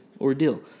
ordeal